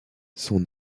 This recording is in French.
sont